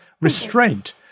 restraint